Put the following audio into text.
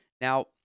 Now